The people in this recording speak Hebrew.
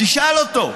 תשאל אותו,